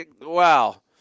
wow